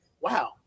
Wow